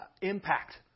impact